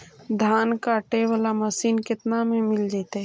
धान काटे वाला मशीन केतना में मिल जैतै?